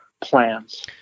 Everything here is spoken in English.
plans